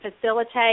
facilitate